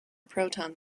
proton